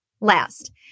Last